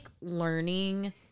learning